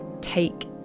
take